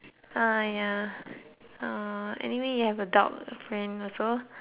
uh ya uh anyway you have a dog friend also